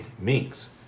minks